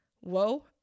whoa